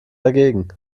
dagegen